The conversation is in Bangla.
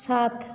সাত